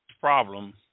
problem